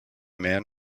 man